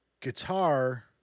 guitar